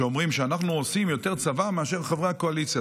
אומרים: אנחנו עושים יותר צבא מאשר חברי הקואליציה,